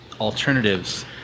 alternatives